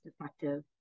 effective